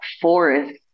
forest